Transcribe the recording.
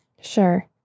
Sure